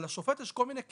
אבל לשופט יש כל מיני כלים.